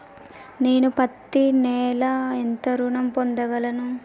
నేను పత్తి నెల ఎంత ఋణం పొందగలను?